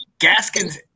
Gaskins –